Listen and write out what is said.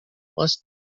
must